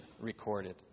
recorded